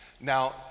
Now